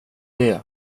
det